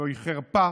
זוהי חרפה